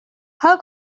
how